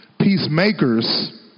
Peacemakers